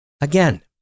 Again